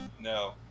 no